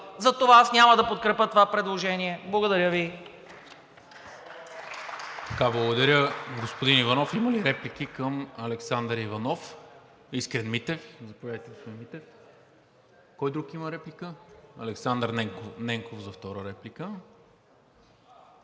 Затова аз няма да подкрепя това предложение. Благодаря Ви.